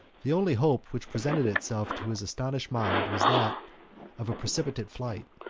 the only hope which presented itself to his astonished mind was that of a precipitate flight,